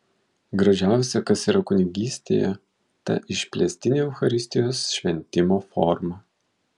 gražiausia kas yra kunigystėje ta išplėstinė eucharistijos šventimo forma